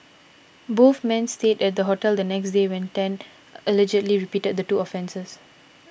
both men stayed at the hotel the next day when Tan allegedly repeated the two offences